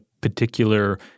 particular –